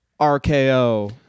RKO